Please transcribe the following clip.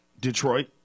Detroit